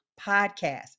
podcast